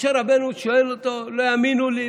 משה רבנו אומר לו: לא יאמינו לו,